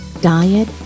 diet